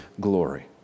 glory